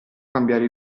cambiare